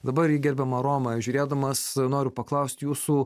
dabar į gerbiamą romą žiūrėdamas noriu paklaust jūsų